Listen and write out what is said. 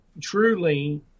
truly